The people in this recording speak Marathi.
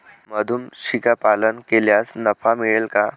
मधुमक्षिका पालन केल्यास नफा मिळेल का?